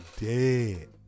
dead